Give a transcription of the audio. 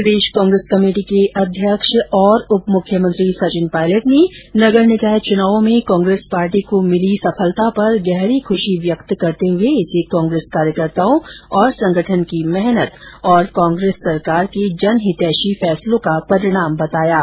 प्रदेश Congress committee के अध्यक्ष सचिन पायलट ने नगर निकाय चुनावों में कांग्रेस पार्टी को मिली भारी सफलता पर गहरी खुशी व्यक्त करते हुए इसे कांग्रेस कार्यकर्ताओं और संगठन की मेहनत और कांग्रेस सरकार के जनहितैषी फैसलों का परिणाम बताया है